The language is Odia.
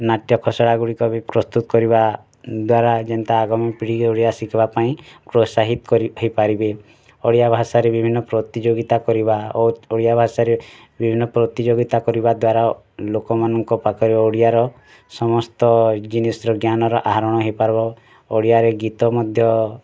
ନାଟ୍ୟ ଖସଡ଼ାଗୁଡ଼ିକ ବି ପ୍ରସ୍ତୁତ୍ କରିବା ଦ୍ଵାରା ଯେନ୍ତା ପିଢ଼ି କି ଓଡ଼ିଆ ଶିଖ୍ମା ପାଇଁ ପ୍ରୋତ୍ସାହିତ ହେଇପାରିବେ ଓଡ଼ିଆ ଭାଷାରେ ବିଭିନ୍ନ ପ୍ରତିଯୋଗିତା କରିବା ଓ ଓଡ଼ିଆ ଭାଷାରେ ବିଭିନ୍ନ ପ୍ରତିଯୋଗିତା କରିବା ଦ୍ଵାରା ଲୋକମାନଙ୍କ ପାଖରେ ଓଡ଼ିଆର ସମସ୍ତ ଜିନିଷ୍ର ଜ୍ଞାନର ଆହରଣ ହେଇପାର୍ବୋ ଓଡ଼ିଆରେ ଗୀତ ମଧ୍ୟ